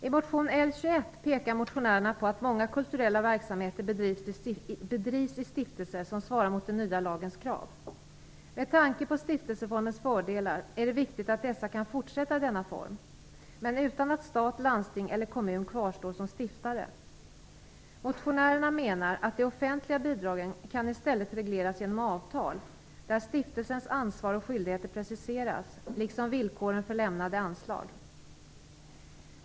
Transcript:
I motion L21 pekar motionärerna på att många kulturella verksamheter bedrivs i stiftelser som svarar mot den nya lagens krav. Med tanke på stiftelseformens fördelar är det viktigt att dessa kan fortsätta i denna form, men utan att stat, landsting eller kommuner kvarstår som stiftare. Motionärerna menar att de offentliga bidragen i stället kan regleras genom avtal där stiftelsens ansvar och skyldigheter preciseras liksom villkoren för lämnade anslag.